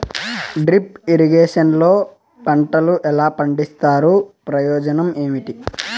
Drip irrigation లో పంటలు ఎలా పండిస్తారు ప్రయోజనం ఏమేమి?